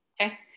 Okay